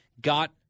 got